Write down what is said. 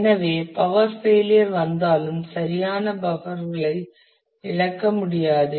எனவே power failure வந்தாலும் சரியான பஃப்பர் களை இழக்க முடியாது